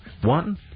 one